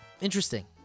interesting